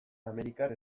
amerikar